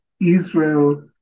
Israel